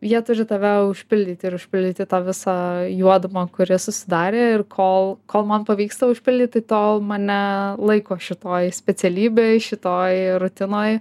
jie turi tave užpildyti ir užpildyti tą visą juodumą kuri susidarė ir kol kol man pavyksta užpildyti tol mane laiko šitoj specialybėj šitoj rutinoj